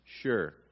Sure